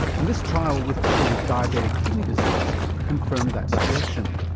and this trial with people with diabetic kidney disease confirmed that suggestion.